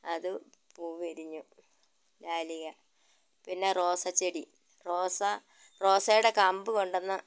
അത് പൂവ് വിരിഞ്ഞു ഡാലിയ പിന്നെ റോസച്ചെടി റോസ റോസെയുടെ കമ്പ് കൊണ്ടു വന്നു